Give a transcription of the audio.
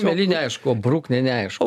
mėlynė aišku o bruknė neaišku